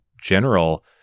general